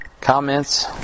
Comments